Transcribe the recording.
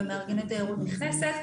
ומארגני תיירות נכנסת.